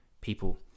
people